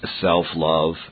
self-love